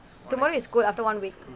tomorrow is good after one week